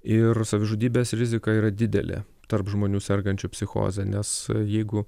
ir savižudybės rizika yra didelė tarp žmonių sergančių psichoze nes jeigu